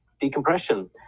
decompression